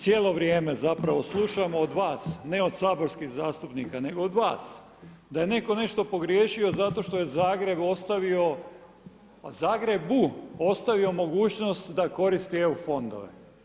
Cijelo vrijeme zapravo slušamo od vas, ne od saborskih zastupnika, nego od vas da je netko nešto pogriješio zato što je Zagreb ostavio, Zagrebu ostavio mogućnost da koristi EU fondove.